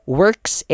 works